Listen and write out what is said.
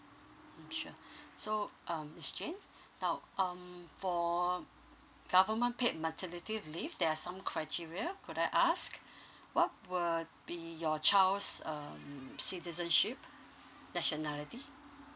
mm sure so um miss jane now um for government paid maternity leave there are some criteria could I ask what were be your child's um citizenship nationality